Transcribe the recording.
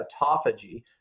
autophagy